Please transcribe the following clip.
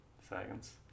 seconds